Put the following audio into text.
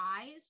eyes